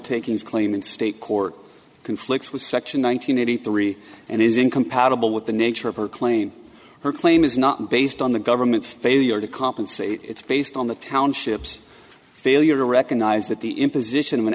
takings claim in state court conflicts with section one thousand nine hundred three and is incompatible with the nature of her claim her claim is not based on the government's failure to compensate it's based on the township's failure to recognize that the imposition of an